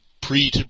pre